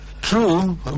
True